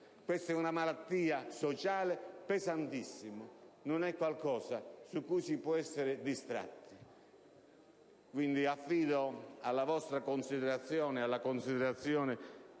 Questa è una malattia sociale pesantissima. Non è qualcosa su cui si possa essere distratti. Quindi, affido alla vostra considerazione e alla considerazione,